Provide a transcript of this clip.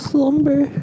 Slumber